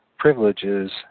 privileges